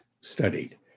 studied